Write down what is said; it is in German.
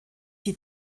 die